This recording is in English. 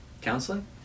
counseling